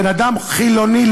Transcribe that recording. בן-אדם חילוני,